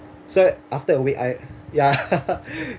so after a week I yeah